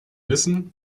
wissen